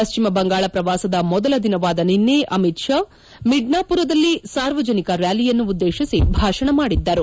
ಪಶ್ವಿಮ ಬಂಗಾಳ ಪ್ರವಾಸದ ಮೊದಲ ದಿನವಾದ ನಿನ್ನೆ ಅಮಿತ್ ಶಾ ಮಿಡ್ನಾಪುರದಲ್ಲಿ ಸಾರ್ವಜನಿಕ ರಾಲಿಯನ್ನುದ್ದೇಶಿಸಿ ಭಾಷಣ ಮಾಡಿದ್ದರು